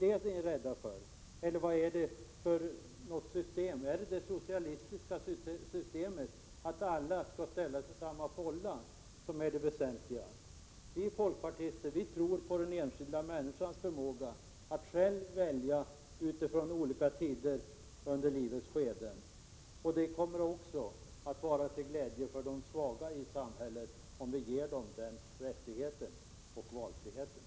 Eller är det ert socialistiska system, där alla skall ställas i samma fålla, som är det väsentliga? Vi folkpartister tror på den enskilda människans förmåga att själv välja vid olika tidpunkter under livets skeden. Det kommer också att vara till glädje för de svaga i samhället, om vi ger dem den rättigheten och valfriheten.